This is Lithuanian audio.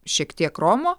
šiek tiek romo